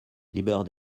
lieber